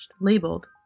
labeled